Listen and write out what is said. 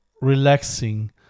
relaxing